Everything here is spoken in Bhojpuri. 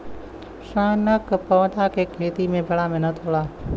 सन क पौधा के खेती में बड़ा मेहनत होला